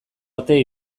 arte